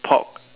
pork